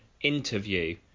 interview